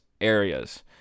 areas